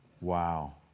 Wow